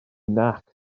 nac